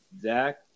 Zach